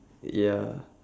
ya